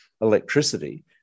electricity